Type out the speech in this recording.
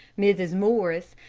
mrs. morris,